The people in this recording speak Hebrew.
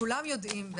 יודעים,